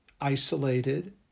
isolated